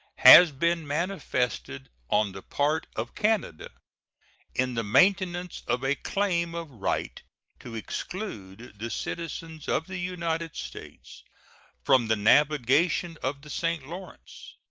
has been manifested on the part of canada in the maintenance of a claim of right to exclude the citizens of the united states from the navigation of the st. lawrence.